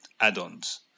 add-ons